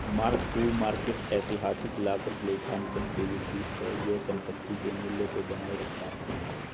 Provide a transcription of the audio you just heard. mark to market ऐतिहासिक लागत लेखांकन के विपरीत है यह संपत्ति के मूल्य को बनाए रखता है